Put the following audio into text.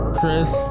Chris